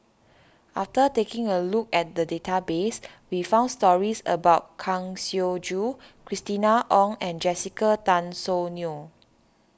after taking a look at the database we found stories about Kang Siong Joo Christina Ong and Jessica Tan Soon Neo